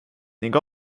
ning